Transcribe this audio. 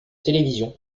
télévision